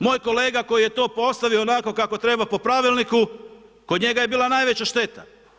Moj kolega koji je to postavio onako kako treba po Pravilniku, kod njega je bila najveća šteta.